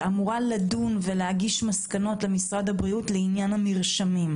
שאמורה לדון ולהגיש מסקנות למשרד הבריאות לעניין המרשמים.